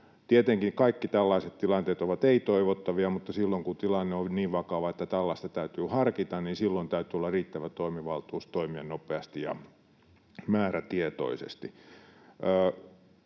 Tietenkin kaikki tällaiset tilanteet ovat ei toivottavia, mutta silloin kun tilanne on niin vakava, että tällaista täytyy harkita, niin silloin täytyy olla riittävä toimivaltuus toimia nopeasti ja määrätietoisesti.